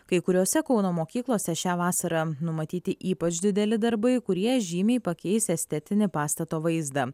kai kuriose kauno mokyklose šią vasarą numatyti ypač dideli darbai kurie žymiai pakeis estetinį pastato vaizdą